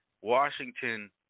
Washington